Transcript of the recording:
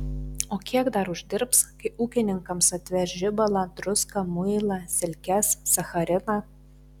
o kiek dar uždirbs kai ūkininkams atveš žibalą druską muilą silkes sachariną